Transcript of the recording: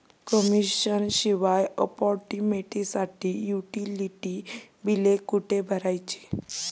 Commission शिवाय अपार्टमेंटसाठी utility बिले कुठे भरायची?